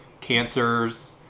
cancers